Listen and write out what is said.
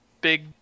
big